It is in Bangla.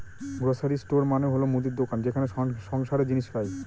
গ্রসারি স্টোর মানে হল মুদির দোকান যেখানে সংসারের জিনিস পাই